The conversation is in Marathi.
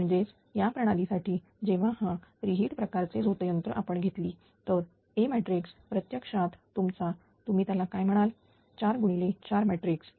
म्हणजेच या प्रणालीसाठी जेव्हा हा री हीट प्रकारचे झोतयंत्र आपण घेतली तर A मॅट्रिक प्रत्यक्षात तुमचा तुम्ही त्याला काय म्हणाल 4 गुणिले 4 मॅट्रिक्स